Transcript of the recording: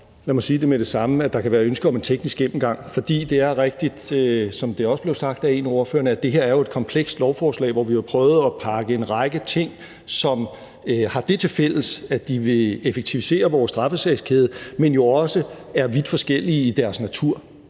lad mig sige det med det samme – at der kan være ønsker om en teknisk gennemgang. For det er rigtigt, som det også blev sagt af en af ordførerne, at det her er et komplekst lovforslag, hvor vi har prøvet at pakke en række ting, som har det tilfælles, at de vil effektivisere vores straffesagskæde, men jo også er vidt forskellige i deres natur.